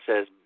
says